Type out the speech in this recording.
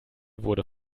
wurde